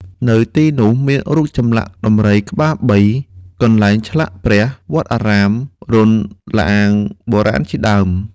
នៅទីនោះមានរូបចម្លាក់ដំរីក្បាលបី កន្លែងឆ្លាក់ព្រះ វត្តអារាម រន្ធល្អាងបុរាណជាដើម។